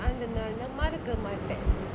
அந்த நாள் நா மறக்க மாட்ட:antha naal naa marakka maatta